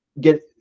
get